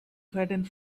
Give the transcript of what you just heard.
flattened